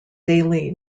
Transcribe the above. daily